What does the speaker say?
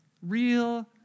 Real